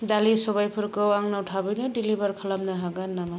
दालि सबायफोरखौ आंनाव थाबैनो डेलिबार खालामनो हागोन नामा